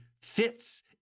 fits